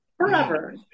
forever